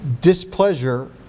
displeasure